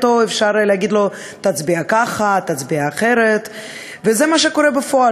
ארבע דקות לרשותך, גברתי, בבקשה.